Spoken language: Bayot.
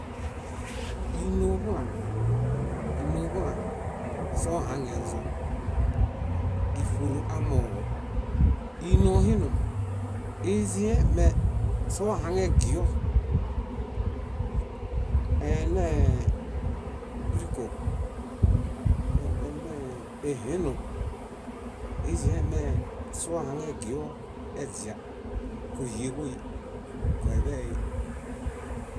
Ínooḃulaŋ, ínooḃulaŋ sohaŋezõ, íṗuru amooġo. Ínoohinum, izĩe mesohaŋegio. Eenee bríko, eenee éheno izĩe mesahaŋegio eźia, kóhieḃoi, koeḃei.